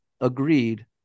agreed